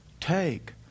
take